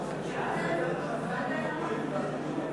תוכן מיני ללא הסכמת הצדדים),